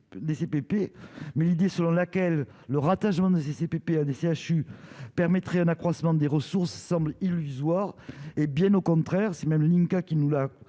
mais l'idée selon laquelle le rattachement de CCP des CHU permettrait un accroissement des ressources semble illusoire, hé bien, au contraire, c'est même Hlinka qui nous la